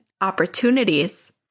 opportunities